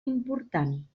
important